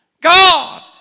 God